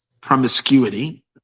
promiscuity